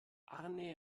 arne